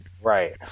Right